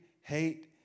hate